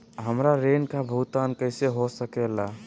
हमरा ऋण का भुगतान कैसे हो सके ला?